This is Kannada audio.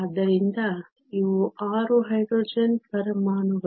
ಆದ್ದರಿಂದ ಇವು 6 ಹೈಡ್ರೋಜನ್ ಪರಮಾಣುಗಳು